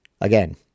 again